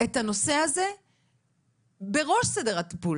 את הנושא הזה בראש סדר הטיפול.